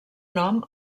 nom